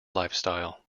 lifestyle